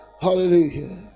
Hallelujah